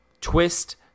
twist